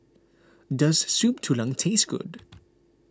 does Soup Tulang taste good